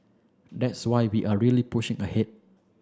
that's why we are really pushing ahead